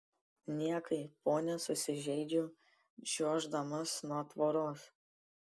niekai ponia susižeidžiau čiuoždamas nuo tvoros